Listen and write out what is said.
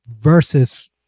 versus